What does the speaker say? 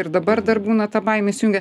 ir dabar dar būna ta baimė įsijungia